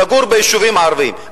לגור ביישובים הערביים,